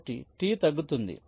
కాబట్టి టి తగ్గుతోంది